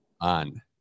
on